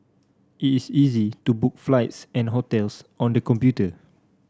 it is is easy to book flights and hotels on the computer